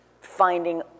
finding